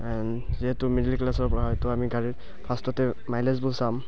and যিহেতু middle ক্লাছৰ ল'ৰা তো আমি গাড়ীত ফাৰ্ষ্টতে মাইলেজবোৰ চাম